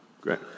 Great